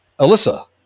Alyssa—